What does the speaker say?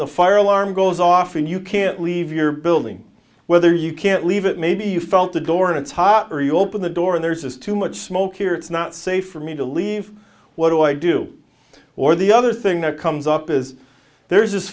the fire alarm goes off and you can't leave your building whether you can't leave it maybe you felt the door and it's hot or you open the door and there's just too much smoke here it's not safe for me to leave what do i do or the other thing that comes up is there